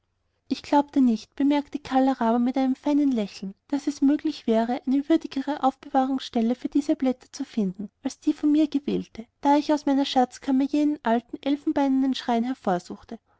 ich glaubte nicht bemerkte kala rama mit einem feinen lächeln daß es möglich wäre eine würdigere aufbewahrungsstelle für diese blätter zu finden als die von mir gewählte da ich aus meiner schatzkammer jenen alten elfenbeinernen schrein